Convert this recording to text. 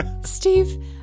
Steve